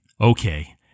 Okay